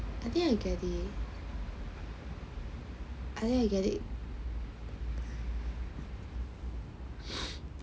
I think I get it